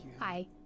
Hi